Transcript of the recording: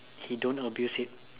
he don't abuse it